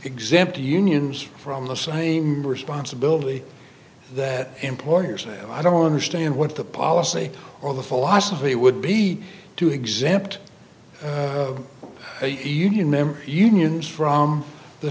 exempt unions from the same responsibility that employers and i don't understand what the policy or the philosophy would be to exempt union members unions from the